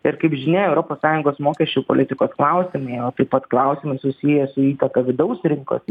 ir kaip žinia europos sąjungos mokesčių politikos klausimai o taip pat klausimai susiję su įtaka vidaus rinkos